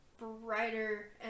brighter